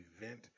event